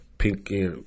Pinky